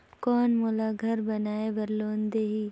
कौन मोला घर बनाय बार लोन देही?